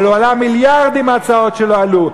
אבל הוא עלה מיליארדים עם ההצעות שלא עלו,